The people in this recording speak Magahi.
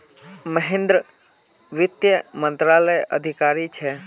महेंद्र वित्त मंत्रालयत अधिकारी छे